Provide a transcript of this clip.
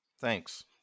Thanks